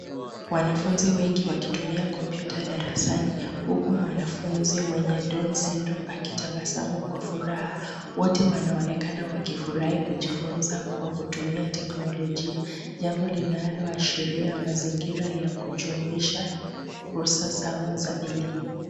Wanafunzi wengi wakitumia kompyuta darasani huku mwanafunzi mwenye Down's Syndrome akitabasamu kwa furaha. Wote wanaoneka wakifurahia kujifunza kwa kutumia teknolojia. Jambo linaloashiria mazingira ya kujumuisha fursa sawa za elimu.